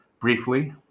briefly